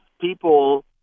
people